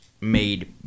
made